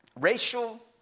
racial